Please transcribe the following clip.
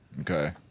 Okay